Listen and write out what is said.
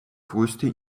größte